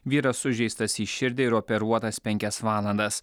vyras sužeistas į širdį ir operuotas penkias valandas